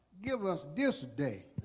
give us this day